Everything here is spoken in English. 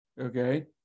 okay